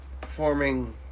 performing